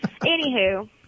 Anywho